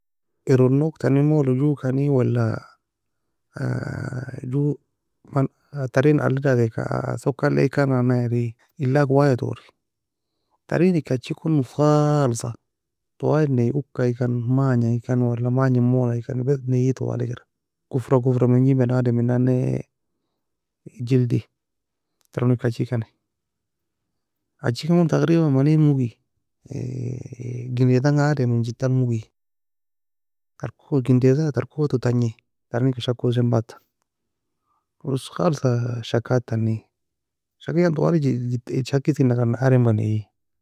Eron nouge tani mola jokani wala joe taren aliae dageka soka eli ekan nan na ealak elak waya touri. Tarin eka achiee kone ousae khaaalsa, twali neiee ukae ekan, magne ekan, wala mangei mola ekan بس kofra kofra mengi بني ادم nan nae جلد taron eka achiee kan achiee kan gon تقريبا mani mogue gendai tanga adem en jetua mogie tarko gendai tan tarko to tangie taren eka shakosaie en badta ouse khalsa shakad tani. Shakikan twali shakisen agar adem ga neiaee.